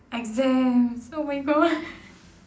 exams oh my god